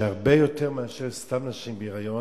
הרבה יותר מאשר סתם נשים בהיריון,